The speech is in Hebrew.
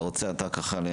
אתה רוצה לרכז?